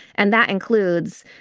and that includes,